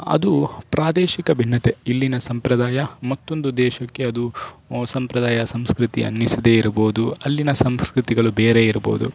ಅದು ಪ್ರಾದೇಶಿಕ ಭಿನ್ನತೆ ಇಲ್ಲಿನ ಸಂಪ್ರದಾಯ ಮತ್ತೊಂದು ದೇಶಕ್ಕೆ ಅದು ಸಂಪ್ರದಾಯ ಸಂಸ್ಕೃತಿ ಅನ್ನಿಸದೇ ಇರಬಹುದು ಅಲ್ಲಿಯ ಸಂಸ್ಕೃತಿಗಳು ಬೇರೆ ಇರ್ಬೋದು